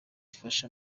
ifasha